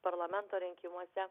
parlamento rinkimuose